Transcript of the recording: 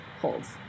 holds